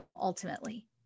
ultimately